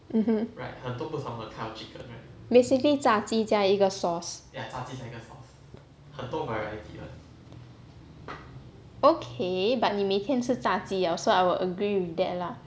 mmhmm basically 炸鸡加一个 sauce okay but 你每天吃炸鸡啦 so I would agree with that lah